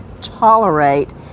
tolerate